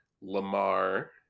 Lamar